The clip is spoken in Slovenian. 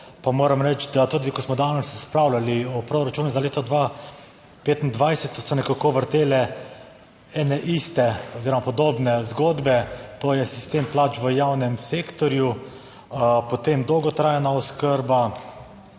pa moram reči, da tudi ko smo danes razpravljali o proračunu za leto 2025, so se nekako vrtele ene iste oziroma podobne zgodbe, to je sistem plač v javnem sektorju, potem dolgotrajna oskrba,